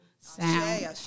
sound